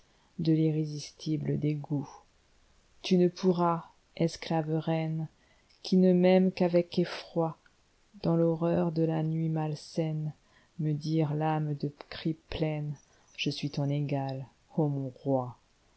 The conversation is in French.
l'étreintede l'irrésistible dégoût tu ne pourras esclave reinequi ne m'aimes qu'avec effroi dans l'horreur de la nuit malsaineme dire l'âme de cris pleine m je suis ton égale ô mon roi